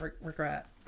regret